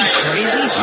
crazy